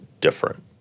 different